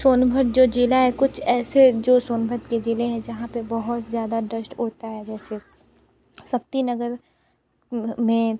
सोनभद्र जो ज़िला है कुछ ऐसे जो सोनभद्र के ज़िले हैं जहाँ पे बहुत ज़्यादा दष्ट होता है जैसे शक्तिनगर में